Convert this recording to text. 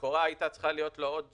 לכאורה הייתה צריכה להיות לו עוד שנה,